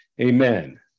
Amen